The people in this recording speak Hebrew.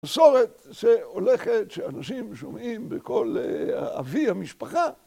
מסורת שהולכת שאנשים שומעים בכל אבי המשפחה.